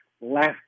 last